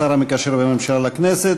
השר המקשר בין הממשלה לכנסת.